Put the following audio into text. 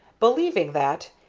believing that,